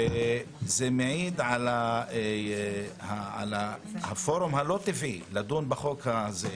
זה מעיד על הפורום הלא-טבעי לדון בחוק הזה,